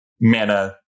mana